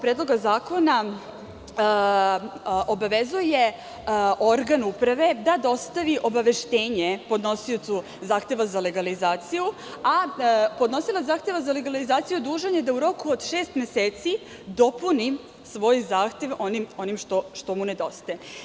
Predloga zakona obavezuje organ uprave da dostavi obaveštenje podnosiocu zahteva za legalizaciju, a podnosilac zahteva za legalizaciju dužan je da u roku od šest meseci dopuni svoj zahtev onim što mu nedostaje.